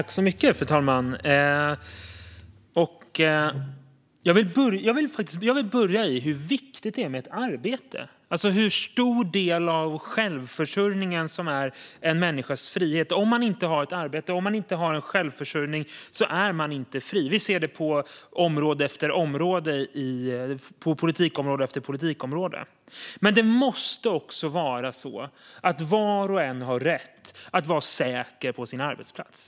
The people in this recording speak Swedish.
Fru talman! Jag vill börja med hur viktigt det är med ett arbete, alltså hur stor del av självförsörjningen som är en människas frihet. Om man inte har ett arbete eller en självförsörjning är man inte fri. Vi ser det på politikområde efter politikområde. Det måste vara så att var och en har rätt att vara säker på sin arbetsplats.